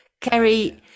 Kerry